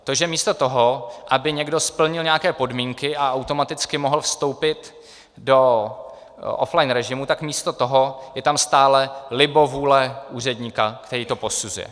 To, že místo toho, aby někdo splnil nějaké podmínky a automaticky mohl vstoupit do offline režimu, tak místo toho je tam stále libovůle úředníka, který to posuzuje.